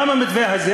במתווה הזה,